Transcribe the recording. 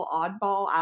oddball